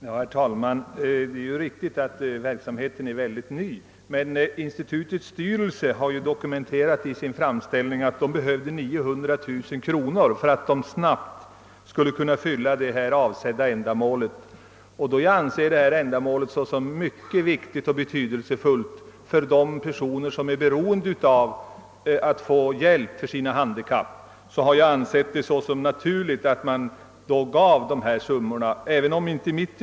Herr talman! Det är riktigt att verksamheten är ny, men institutets styrelse har ju i sin framställning dokumenterat att det behövs 900000 kronor för att man snabbt skall kunna fylla sin uppgift. Då jag anser verksamheten vara mycket viktig för de personer som är beroende av att få hjälp för sina handikapp har jag funnit det naturligt att ett högre bidrag än det av departementschefen föreslagna beviljas.